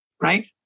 right